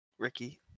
Ricky